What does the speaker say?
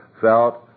felt